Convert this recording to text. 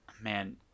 man